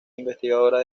investigadora